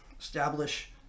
establish